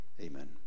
Amen